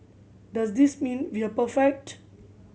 does this mean we are perfect